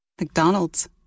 McDonald's